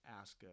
ask